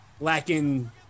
lacking